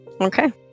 Okay